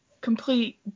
complete